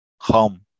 home